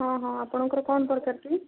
ହଁ ହଁ ଆପଣଙ୍କର କ'ଣ ଦରକାର କି